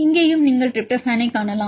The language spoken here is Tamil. இங்கேயும் நீங்கள் டிரிப்டோபனைக் காணலாம்